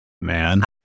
man